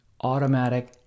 Automatic